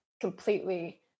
completely